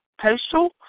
postal